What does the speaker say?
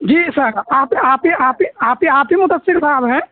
جی sir آپ ہی آپ ہی مدثر صاحب ہیں